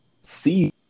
see